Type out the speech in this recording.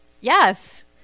Yes